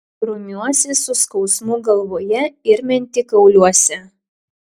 grumiuosi su skausmu galvoje ir mentikauliuose